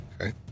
Okay